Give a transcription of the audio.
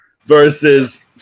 Versus